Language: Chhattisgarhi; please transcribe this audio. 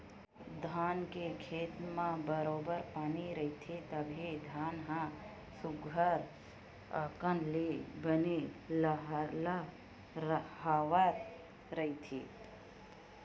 धान के खेत म बरोबर पानी रहिथे तभे धान ह सुग्घर अकन ले बने लहलाहवत रहिथे